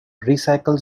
recycled